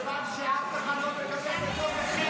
מכיוון שאף אחד לא מקבל בקול יחיד,